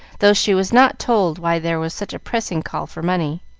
though she was not told why there was such a pressing call for money.